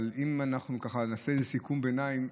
אבל אם נעשה איזה סיכום ביניים,